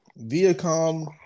Viacom